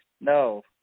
No